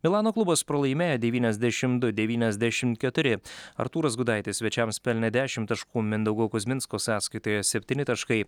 milano klubas pralaimėjo devyniasdešim du devyniasdešim keturi artūras gudaitis svečiams pelnė dešim taškų mindaugo kuzminsko sąskaitoje septyni taškai